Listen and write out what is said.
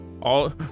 All-